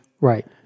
Right